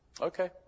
okay